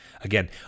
Again